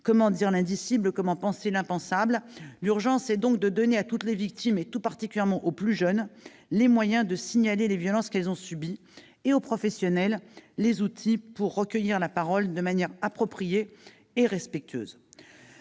Comment dire l'indicible ? Comment penser l'impensable ? Il est urgent de donner à toutes les victimes, et tout particulièrement aux plus jeunes d'entre elles, les moyens de signaler les violences qu'elles ont subies, et aux professionnels les outils pour recueillir leur parole de manière appropriée et respectueuse.